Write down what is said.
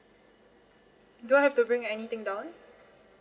do I have to bring anything down